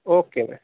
okay ma'am